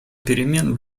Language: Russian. перемен